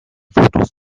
fotos